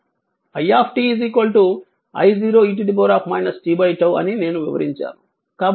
i I0 e t 𝝉 అని నేను వివరించాను